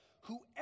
whoever